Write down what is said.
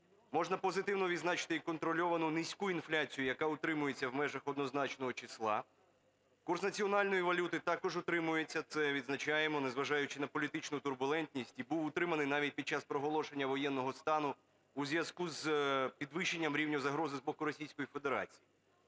Можна позитивно відзначити і контрольовану низьку інфляцію, яка утримується в межах однозначного числа. Курс національної валюти також утримується, це відзначаємо, незважаючи на політичну турбулентність, і був утриманий навіть під час проголошення воєнного стану у зв'язку з підвищенням рівня загрози з боку Російської Федерації.